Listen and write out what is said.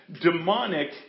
Demonic